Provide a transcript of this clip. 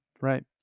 right